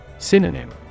Synonym